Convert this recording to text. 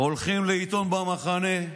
הולכים לעיתון במחנה,